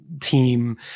team